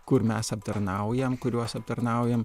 kur mes aptarnaujam kuriuos aptarnaujam